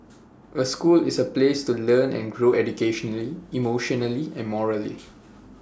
A school is A place to learn and grow educationally emotionally and morally